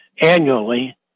annually